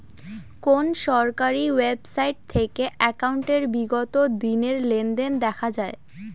কোন সরকারি ওয়েবসাইট থেকে একাউন্টের বিগত দিনের লেনদেন দেখা যায়?